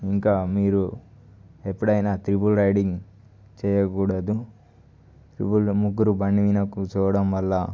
ఇంకా మీరు ఎప్పుడైనా త్రిబుల్ రైడింగ్ చేయకూడదు త్రిబుల్ ముగ్గురు బండి మీద కూర్చోవడం వల్ల